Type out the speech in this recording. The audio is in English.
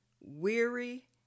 weary